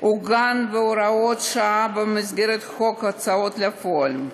עוגן בהוראת שעה במסגרת חוק ההוצאה לפועל.